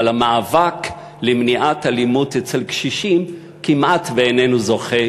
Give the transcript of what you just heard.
אבל המאבק למניעת אלימות כלפי קשישים כמעט איננו זוכה